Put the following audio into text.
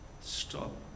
stop